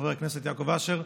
חבר הכנסת יעקב אשר,